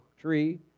tree